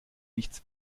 nichts